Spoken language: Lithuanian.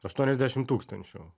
aštuoniasdešim tūkstančių